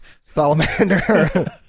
Salamander